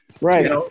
Right